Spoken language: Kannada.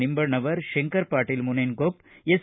ನಿಂಬಣ್ಣವರ ಶಂಕರ ಪಾಟೀಲ್ ಮುನೇನಕೊಪ್ಪ ಎಸ್